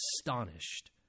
astonished